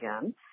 again